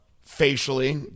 facially